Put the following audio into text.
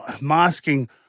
masking